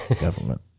government